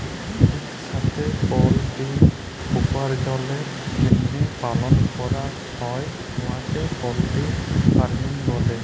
ইকসাথে পলটিরি উপার্জলের জ্যনহে পালল ক্যরা হ্যয় উয়াকে পলটিরি ফার্মিং ব্যলে